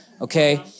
okay